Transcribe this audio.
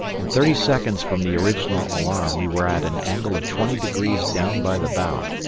in thirty seconds from the original alarm we were at an angle of twenty degrees down by the bow,